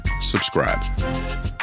subscribe